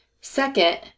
Second